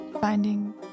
Finding